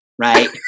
right